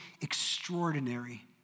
extraordinary